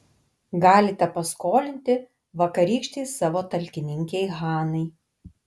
galite paskolinti vakarykštei savo talkininkei hanai